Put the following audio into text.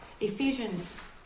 Ephesians